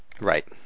Right